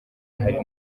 hari